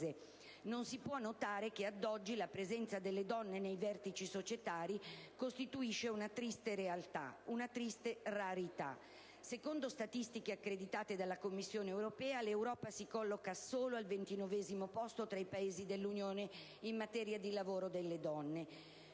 Non si può non notare che, ad oggi, la presenza delle donne nei vertici societari costituisce una triste rarità. Secondo statistiche accreditate della Commissione europea, l'Italia si colloca solo al ventinovesimo posto su 33 Paesi censiti in materia di lavoro delle donne,